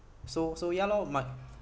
so so ya lor my